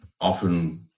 often